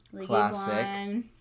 Classic